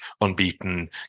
unbeaten